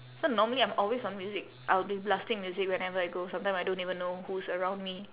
so normally I'm always on music I'll be blasting music whenever I go sometime I don't even know who's around me